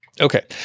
Okay